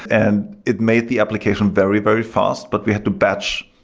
and it made the application very, very fast, but we had to batch,